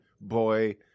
boy